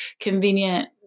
convenient